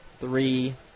Three